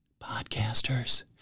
podcasters